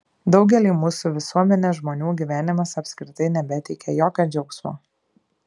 daugeliui mūsų visuomenės žmonių gyvenimas apskritai nebeteikia jokio džiaugsmo